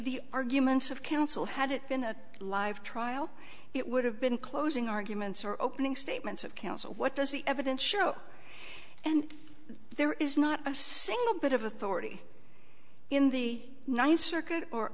the arguments of counsel had it been a live trial it would have been closing arguments or opening statements of counsel what does the evidence show and there is not a single bit of authority in the ninth circuit or